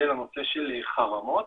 ולנושא של חרמות.